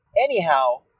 Anyhow